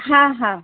हा हा